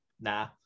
nah